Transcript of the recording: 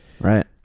right